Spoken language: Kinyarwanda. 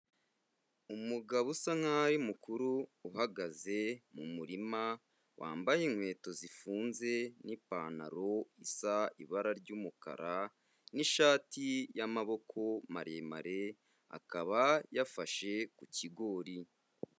Umugabo usa nkaho ari mukuru, uhagaze mu murima, wambaye inkweto zifunze n'ipantaro isa ibara ry'umukara n'ishati y'amaboko maremare, akaba yafashe ku kigori.